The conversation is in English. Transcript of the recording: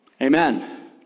Amen